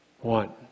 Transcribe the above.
One